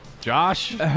Josh